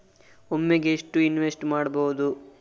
ಒಮ್ಮೆಗೆ ಎಷ್ಟು ಇನ್ವೆಸ್ಟ್ ಮಾಡ್ಬೊದು?